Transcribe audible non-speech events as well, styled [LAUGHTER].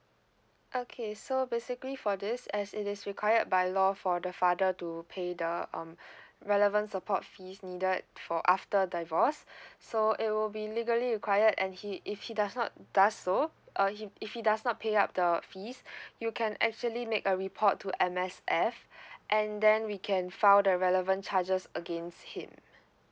okay so basically for this as it is required by law for the father to pay the um [BREATH] relevant support fees needed for after divorce [BREATH] so it will be legally required and he if he does not does so uh if he does not pay up the fees [BREATH] you can actually make a report to M_S_F [BREATH] and then we can file the relevant charges against him